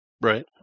Right